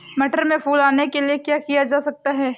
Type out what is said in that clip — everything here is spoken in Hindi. मटर में फूल आने के लिए क्या किया जा सकता है?